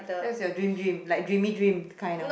that's your dream dream like dreamy dream kind of